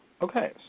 Okay